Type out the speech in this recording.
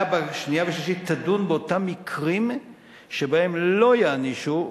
בקריאה השנייה והשלישית הוועדה תדון באותם מקרים שבהם לא יענישו,